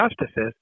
justices